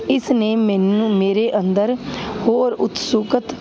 ਇਸ ਨੇ ਮੈਨੂੰ ਮੇਰੇ ਅੰਦਰ ਹੋਰ ਉਤਸੁਕਤਾ